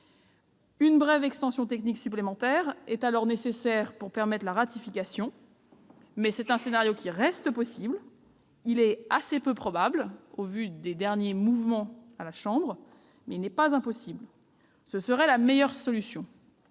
Une brève extension technique supplémentaire serait alors nécessaire pour permettre la ratification. Ce scénario reste peu probable au vu des derniers mouvements à la Chambre, mais n'est pas impossible. Ce serait la meilleure solution.